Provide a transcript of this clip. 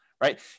right